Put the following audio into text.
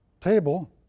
table